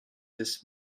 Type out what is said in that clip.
this